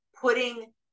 putting